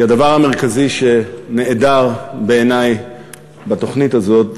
כי הדבר המרכזי שנהדר בעיני בתוכנית הזאת